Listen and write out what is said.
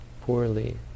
poorly